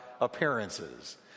appearances